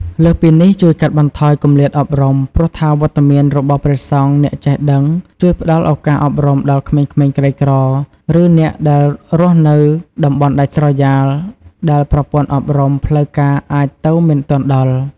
លើសពីនេះជួយកាត់បន្ថយគម្លាតអប់រំ ព្រោះថាវត្តមានរបស់ព្រះសង្ឃអ្នកចេះដឹង ជួយផ្តល់ឱកាសអប់រំដល់ក្មេងៗក្រីក្រ ឬអ្នកដែលរស់នៅតំបន់ដាច់ស្រយាល ដែលប្រព័ន្ធអប់រំផ្លូវការអាចទៅមិនទាន់ដល់។